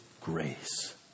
grace